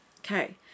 Okay